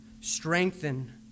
strengthen